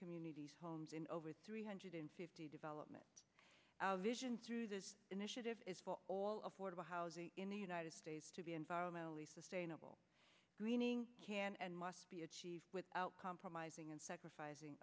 communities homes in over three hundred in fifty development our vision through this initiative is for all of the housing in the united states to be environmentally sustainable greening can and must be achieved without compromising and sacrificing